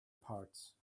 parts